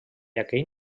aquell